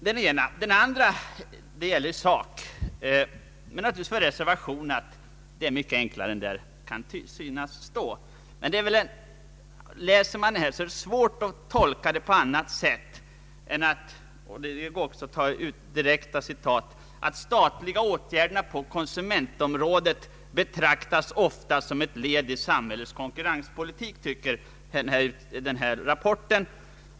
Den andra synpunkten gäller själva sakfrågan, men naturligtvis med reservation för att det hela är mycket enklare än det kan förefalla av skrivningen. Läser man rapporten är det svårt att tolka den på annat sätt. De statliga åtgärderna på konsumentområdet betraktas ofta som ett led i samhällets konkurrenspolitik, heter det i rapporten.